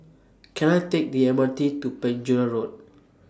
Can I Take The M R T to Penjuru Road